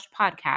podcast